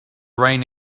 rain